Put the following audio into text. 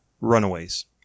Runaways